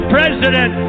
President